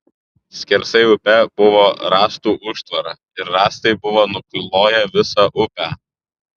skersai upę buvo rąstų užtvara ir rąstai buvo nukloję visą upę